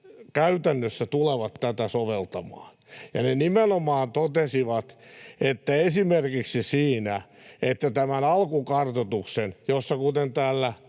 käytännössä tulevat tätä soveltamaan. Ja he nimenomaan kritisoivat esimerkiksi tätä alkukartoitusta. Kuten täällä